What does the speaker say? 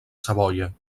savoia